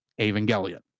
Evangelion